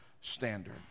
standard